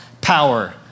power